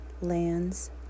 Lands